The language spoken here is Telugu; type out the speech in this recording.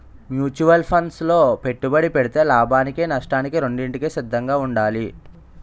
మ్యూచువల్ ఫండ్సు లో పెట్టుబడి పెడితే లాభానికి నష్టానికి రెండింటికి సిద్ధంగా ఉండాలి